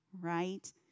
right